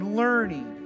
learning